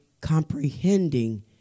comprehending